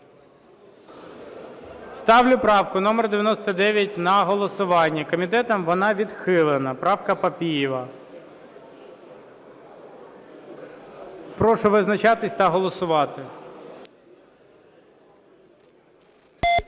Ставлю правку номер 99 на голосування. Комітетом вона відхилена, правка Папієва. Прошу визначатись та голосувати.